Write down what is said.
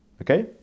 Okay